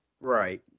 Right